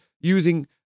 using